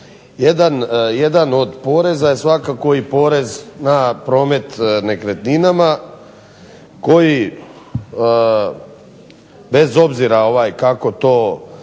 Jedan od poreza je svakako i porez na promet nekretninama, koji bez obzira kako to